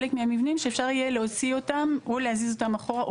חלק מהמבנים שאפשר יהיה להוציא אותם או להזיז אותם אחורה,